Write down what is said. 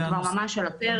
זה כבר ממש על הפרק,